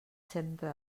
centre